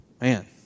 man